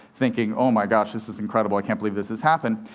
thinking, oh my gosh! this is incredible. i can't believe this has happened.